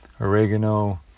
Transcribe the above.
oregano